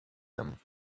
them